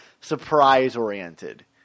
surprise-oriented